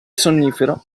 sonnifero